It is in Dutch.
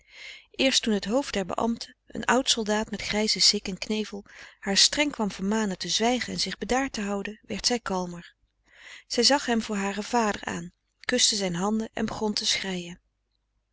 eerst toen het hoofd der beambten een oudsoldaat met grijzen sik en knevel haar streng kwam vermanen te zwijgen en zich bedaard te houden werd zij kalmer zij zag hem voor haren vader aan kuste zijn handen en begon te schreien